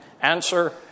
answer